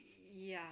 ya